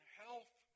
health